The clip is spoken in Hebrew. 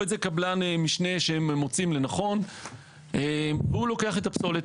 או איזה קבלן משנה שהם מוצאים לנכון והוא לוקח את הפסולת.